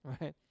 right